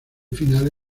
final